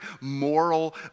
moral